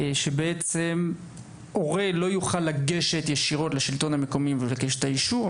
שבעצם הורה לא יוכל לגשת ישירות לשלטון המקומי ולבקש את האישור,